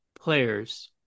players